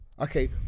Okay